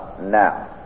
now